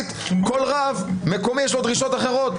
הבסיסית לכל רב מקומי יש דרישות אחרות.